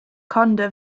conda